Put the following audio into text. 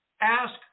ask